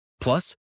Plus